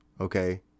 okay